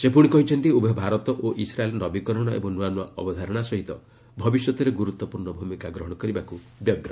ସେ ପୁଣି କହିଛନ୍ତି ଉଭୟ ଭାରତ ଓ ଇସ୍ରାଏଲ୍ ନବୀକରଣ ଏବଂ ନୂଆ ନୂଆ ଅବଧାରଣା ସହିତ ଭବିଷ୍ୟତରେ ଗୁରୁତ୍ୱପୂର୍ଣ୍ଣ ଭୂମିକା ଗ୍ରହଣ କରିବାକୁ ବ୍ୟଗ୍ର